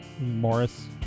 morris